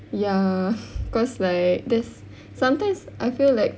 ya cause like that's sometimes I feel like